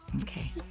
okay